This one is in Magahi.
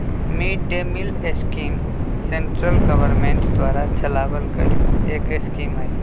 mid day meal scheme central government द्वारा चलावल गईल एक स्कीम हई